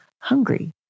hungry